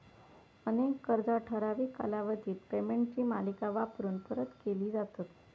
अनेक कर्जा ठराविक कालावधीत पेमेंटची मालिका वापरून परत केली जातत